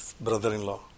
brother-in-law